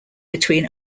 between